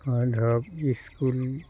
অ ধৰক স্কুল